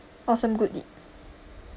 awesome good deed